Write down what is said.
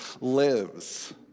lives